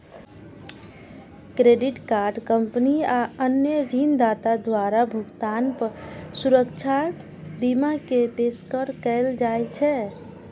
credit card company आ अन्य ऋणदाता द्वारा भुगतान सुरक्षा बीमा के पेशकश कैल जाइ छै